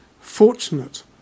fortunate